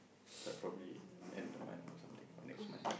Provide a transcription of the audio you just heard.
but probably end of the month or something or next month